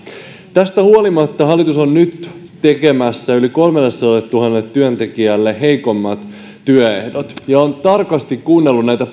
tästä huolimatta hallitus on nyt tekemässä yli kolmellesadalletuhannelle työntekijälle heikommat työehdot olen tarkasti kuunnellut tälle näitä